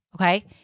Okay